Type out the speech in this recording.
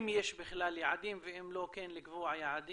אם יש בכלל יעדים, ואם לא אז כן לקבוע יעדים.